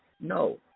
No